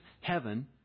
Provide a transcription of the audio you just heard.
heaven